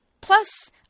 Plus